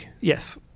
Yes